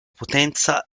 potenza